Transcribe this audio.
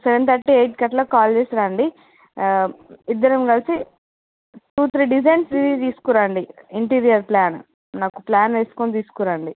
seven thirty eight కట్ల call చేసి రండి ఇద్దరం కలిసి టూ త్రీ డిజైన్స్ తీసుకురండి ఇంటీరియల్ ప్లాన్ నాకు ప్లాన్ వేసుకొని తీసుకురండి